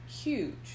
Huge